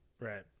Right